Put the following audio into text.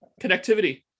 connectivity